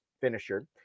finisher